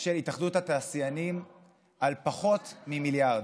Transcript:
של התאחדות התעשיינים נשארים על פחות ממיליארד,